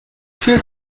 viel